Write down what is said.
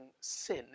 sin